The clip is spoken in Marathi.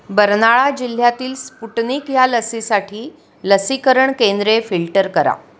बर्नाळा जिल्ह्यातील स्पुटनिक ह्या लसीसाठी लसीकरण केंद्रे फिल्टर करा